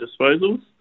disposals